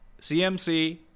CMC